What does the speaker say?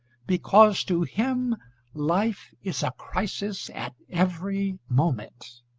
because to him life is a crisis at every moment.